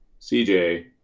CJ